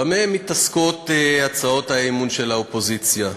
במה מתעסקות הצעות האי-אמון של האופוזיציה?